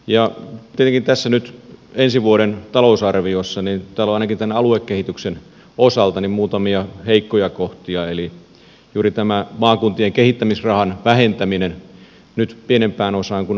tietenkin nyt tässä ensi vuoden talousarviossa on ainakin tämän aluekehityksen osalta muutamia heikkoja kohtia eli juuri tämä maakuntien kehittämisrahan vähentäminen nyt pienempään osaan kuin aiemmin